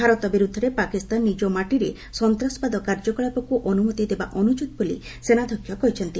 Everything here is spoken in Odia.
ଭାରତ ବିରୁଦ୍ଧରେ ପାକିସ୍ତାନ ନିଜ ମାଟିରେ ସନ୍ତାସବାଦ କାର୍ଯ୍ୟକଳାପକୁ ଅନୁମତି ଦେବା ଅନୁଚିତ ବୋଲି ସେନାଧ୍ୟକ୍ଷ କହିଛନ୍ତି